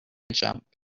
jump